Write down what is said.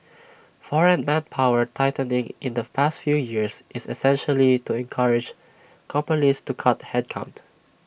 foreign manpower tightening in the past few years is essentially to encourage companies to cut headcount